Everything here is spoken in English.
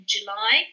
July